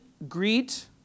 Greet